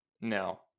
No